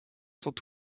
sont